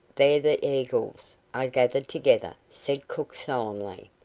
there the eagles are gathered together, said cook, solemnly.